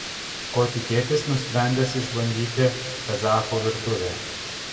ko tikėtis nusprendęs išbandyti kazachų virtuvę